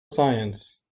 science